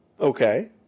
Okay